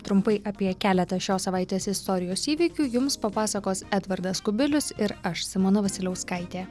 trumpai apie keletą šios savaitės istorijos įvykių jums papasakos edvardas kubilius ir aš simona vasiliauskaitė